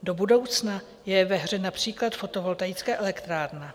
Do budoucna je ve hře například fotovoltaická elektrárna.